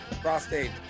prostate